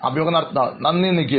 അഭിമുഖം നടത്തുന്നയാൾ നന്ദി നിഖിൽ